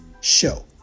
show